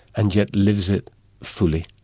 and yet lives it fully.